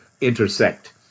intersect